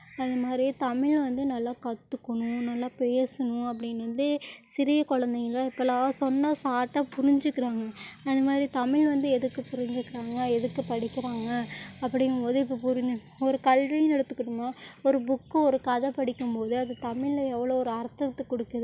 அது மாதிரி தமிழ் வந்து நல்லா கற்றுக்கணும் நல்லா பேசணும் அப்படின்னு வந்து சிறிய குலந்தைகள்லாம் இப்போல்லாம் சொன்னால் சாட்டாக புரிஞ்சிக்கிறாங்கள் அது மாதிரி தமிழ் வந்து எதுக்கு புரிஞ்சிக்கிறாங்கள் எதுக்கு படிக்கிறாங்கள் அப்படிங்கும்போது இப்போ புரிஞ்சு ஒரு கல்வின்னு எடுதுக்கிட்டோம்னால் ஒரு புக்கு ஒரு கதை படிக்கும் போது அது தமிழ்ல எவ்வளோ ஒரு அர்த்தத்தை கொடுக்குது